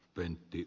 pentti